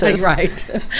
Right